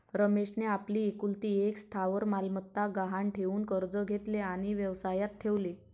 रमेशने आपली एकुलती एक स्थावर मालमत्ता गहाण ठेवून कर्ज घेतले आणि व्यवसायात ठेवले